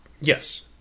yes